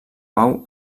pau